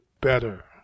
better